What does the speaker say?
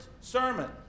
sermon